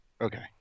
Okay